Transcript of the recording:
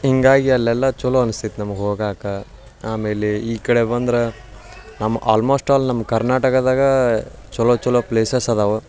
ಹಿಂಗಾಗಿ ಅಲ್ಲೆಲ್ಲ ಚಲೋ ಅನಿಸ್ತೈತೆ ನಮ್ಗೆ ಹೋಗಕ್ಕ ಆಮೇಲೆ ಈ ಕಡೆ ಬಂದ್ರೆ ನಮ್ಮ ಆಲ್ಮೋಸ್ಟ್ ಆಲ್ ನಮ್ಮ ಕರ್ನಾಟಕದಾಗ ಚಲೋ ಚಲೋ ಪ್ಲೇಸಸ್ ಅದಾವೆ